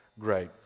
great